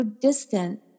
distant